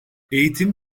eğitim